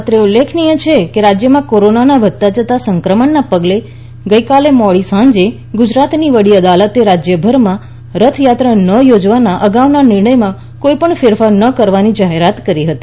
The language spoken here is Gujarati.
અત્રે ઉલ્લેખનીય છે કે રાજ્યમાં કોરોનાના વધતા જતાં સંક્રમણને પગલે ગઇકાલે મોડી સાંજે ગુજરાતની વડી અદાલતે રાજ્યભરમાં રથયાત્રા ન યોજવાના અગાઉના નિર્ણયમાં કોઇપણ ફેરફાર ન કરવાની જાહેરાત કરી હતી